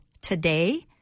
Today